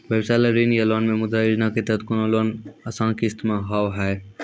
व्यवसाय ला ऋण या लोन मे मुद्रा योजना के तहत कोनो लोन आसान किस्त मे हाव हाय?